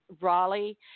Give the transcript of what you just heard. Raleigh